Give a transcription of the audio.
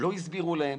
שלא הסבירו להם